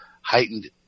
heightened